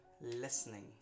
listening